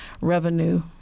revenue